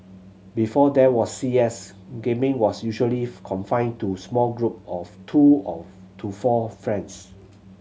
before there was C S gaming was usually confined to small group of two of to four friends